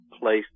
place